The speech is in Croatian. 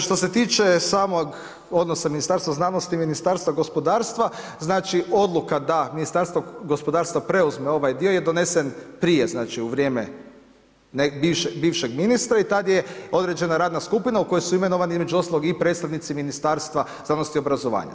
Što se tiče samog odnosa Ministarstva znanosti i Ministarstva gospodarstva, znači odluka da Ministarstvo gospodarstva preuzme ovaj dio je donesen prije, znači u vrijeme bivšeg ministra i tad je određena radna skupina u koju su imenovani između ostalog i predstavnici Ministarstva znanosti, obrazovanja.